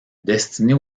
destinés